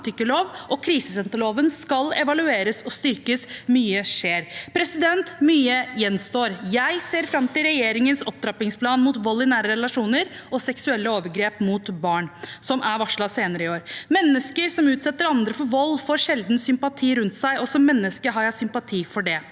og krisesenterloven skal evalueres og styrkes. Mye skjer, mye gjenstår. Jeg ser fram til regjeringens opptrappingsplan mot vold i nære relasjoner og seksuelle overgrep mot barn, som er varslet senere i år. Mennesker som utsetter andre for vold, får sjelden sympati. Som menneske har jeg sympati for det,